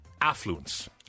affluence